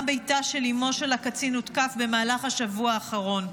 גם ביתה של אימו של הקצין הותקף במהלך השבוע האחרון.